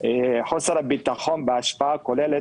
חוסר הביטחון בהשפעה הכוללת,